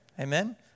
amen